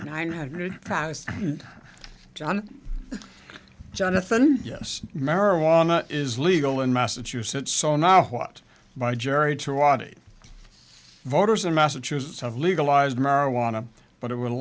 and john jonathan yes marijuana is legal in massachusetts so now what by jerry to audie voters in massachusetts have legalized marijuana but it w